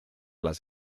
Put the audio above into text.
las